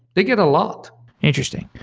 they get a lot interesting.